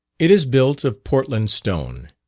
it is built of portland stone,